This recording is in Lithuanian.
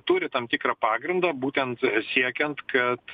turi tam tikrą pagrindą būtent siekiant kad